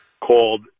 called